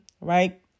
right